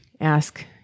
ask